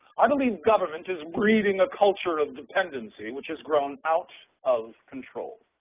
i believe government is breeding a culture of dependency which has grown out of control.